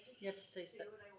you have to say so.